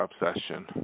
obsession